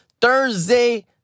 Thursday